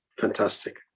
fantastic